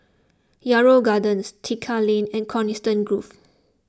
Yarrow Gardens Tekka Lane and Coniston Grove